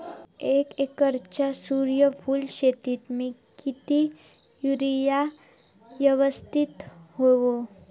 एक एकरच्या सूर्यफुल शेतीत मी किती युरिया यवस्तित व्हयो?